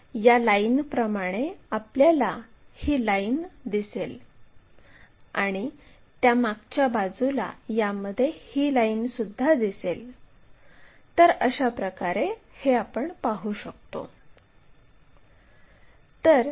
यानंतर locus line ही d या बिंदूतून काढावी